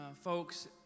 folks